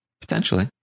Potentially